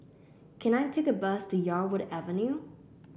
can I take a bus to Yarwood Avenue